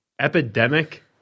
epidemic